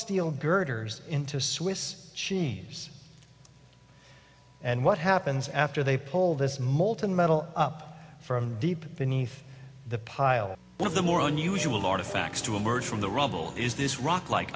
steel girders into swiss cheese and what happens after they pull this molten metal up from deep beneath the pile one of the more unusual artifacts to emerge from the rubble is this rock like